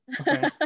okay